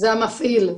זה המפעיל.